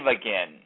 again